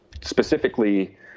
specifically